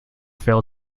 fail